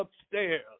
upstairs